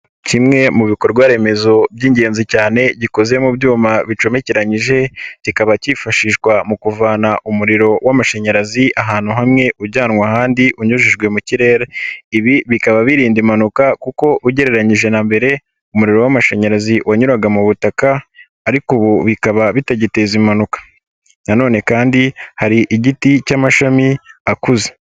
Kimwe mu bikorwa remezo by'ingenzi cyane gikoze mu byuma bicomekeranyije kikaba kifashishwa mu kuvana umuriro w'amashanyarazi ahantu hamwe uwujyanwa ahandi unyujijwe mu kirere, ibi bikaba birinda impanuka kuko ugereranyije na mbere umuriro w'amashanyarazi wanyuraga mu butaka ariko ubu bikaba bitagiteza impanuka nanone kandi hari igiti cy'amashami akuze.